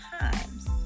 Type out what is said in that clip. times